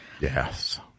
Yes